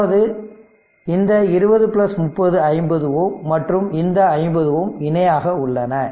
அதாவது இந்த 20 30 50 Ω மற்றும் இந்த 50Ω இணையாக உள்ளன